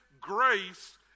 grace